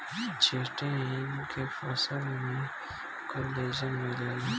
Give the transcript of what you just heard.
chitin के फसल में कोलेजन मिलेला